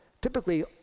Typically